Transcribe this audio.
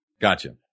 Gotcha